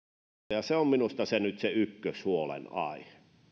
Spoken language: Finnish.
ja se on minusta nyt se ykköshuolenaihe